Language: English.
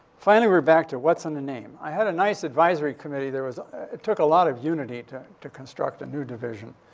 finally, we're back to, what's in a name? i had a nice advisory committee. there was it it took a lot of unity to to construct a new division.